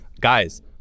Guys